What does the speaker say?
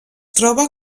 troba